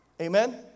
Amen